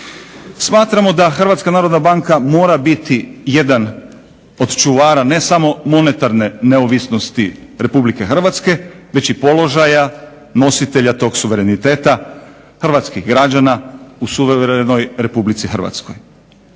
Smatramo da Hrvatska narodna banka mora biti jedan od čuvara ne samo monetarne neovisnosti Republike Hrvatske već i položaja nositelja tog suvereniteta, hrvatskih građana u suverenoj Republici Hrvatskoj.